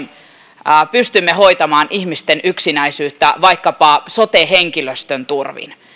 julkisin verovaroin pystymme hoitamaan ihmisten yksinäisyyttä vaikkapa sote henkilöstön turvin